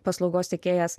paslaugos teikėjas